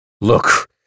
Look